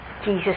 Jesus